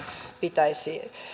pitäisi